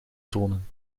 tonen